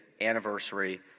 anniversary